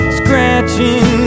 scratching